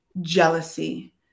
jealousy